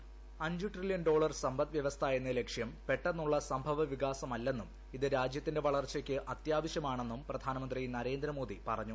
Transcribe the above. voice അഞ്ച് trillion dollar സമ്പദ്ച്ചുവസ്ഥ എന്ന ലക്ഷ്യം പെട്ടെന്നുള്ള സംഭവവികാസമല്ലെന്നും ഇത് രാജ്യത്തിന്റെ വളർച്ചയ്ക്ക് സംഭവവികാസമല്ലെന്നും പ്രിയാനമന്ത്രി നരേന്ദ്രമോദി പറഞ്ഞു